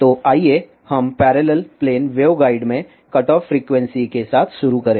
तो आइए हम पैरेलल प्लेन वेवगाइड में कटऑफ फ्रीक्वेंसी के साथ शुरू करें